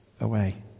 away